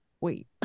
wait